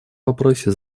вопросе